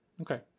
Okay